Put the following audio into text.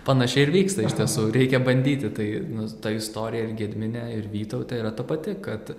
panašiai ir vyksta iš tiesų reikia bandyti tai nus ta istorija ir gedmine ir vytaute yra ta pati kad